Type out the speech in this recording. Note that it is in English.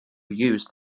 used